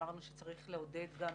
אמרנו שצריך לעודד גם